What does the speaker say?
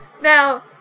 now